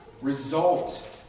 result